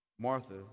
Martha